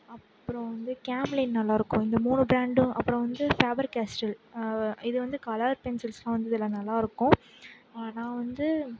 அப்புறோம் வந்து கேம்லின் நல்லாயிருக்கும் இந்த மூணு பிராண்டும் அப்புறம் வந்து ஃபேபர் கேஸ்டில் இது வந்து கலர் பென்சில்ஸ்லாம் வந்து இதில் நல்லாயிருக்கும் நான் வந்து